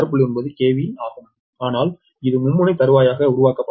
9 KVKV ஆகும் ஆனால் இது மும்முனை தறுவாய் ஆக உருவாக்கப்படலாம்